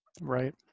right